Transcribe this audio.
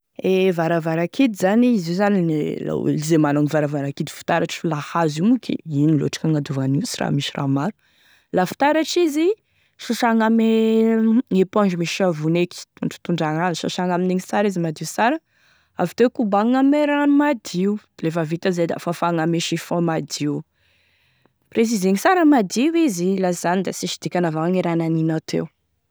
Gne varavara kidy zany, izy io zany la olo ze managny varavara kidy fitaratry la hazo io monko ino lotry gn'agnadiovagny an'io sy raha misy raha maro la fitaratry izy sasagna ame éponge misy savony eky hitondragny an'azy sasagny amin'igny sara izy madio sara avy teo kobanigny ame rano madio lefa vita izay da fafagny ame chiffon madio precisegny sara madio izy laha sy izany da sisy dikany avao gne raha naninao teo.